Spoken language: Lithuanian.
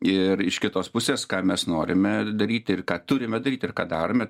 ir iš kitos pusės ką mes norime daryt ir ką turime daryt ir ką darome